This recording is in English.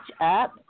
up